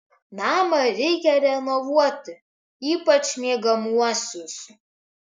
namą reikia renovuoti ypač miegamuosius